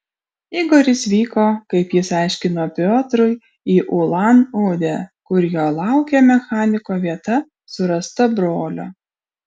igoris vyko kaip jis aiškino piotrui į ulan udę kur jo laukė mechaniko vieta surasta brolio